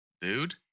dude